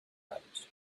matters